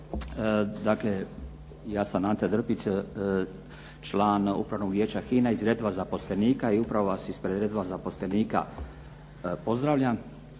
Dakle, ja sam Ante Drpić, član Upravnog vijeća HINE iz redova zaposlenika i upravo vas ispred redova zaposlenika pozdravljam.